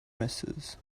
misses